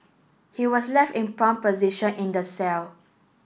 he was left in prone position in the cell